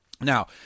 Now